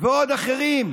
ועוד אחרים,